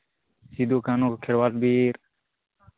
Sidhu-Kanhu Kherwar Bir